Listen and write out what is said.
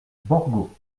borgo